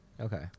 Okay